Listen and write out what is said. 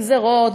וגזירות,